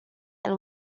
and